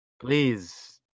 Please